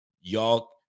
y'all